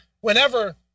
Whenever